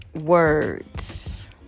words